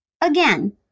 Again